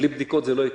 בלי בדיקות זה לא יקרה.